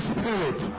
Spirit